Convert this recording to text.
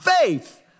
Faith